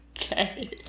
okay